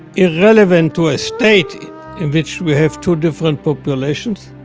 irrelevant to a state in which we have two different populations,